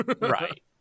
right